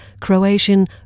Croatian